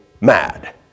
mad